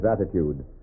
attitude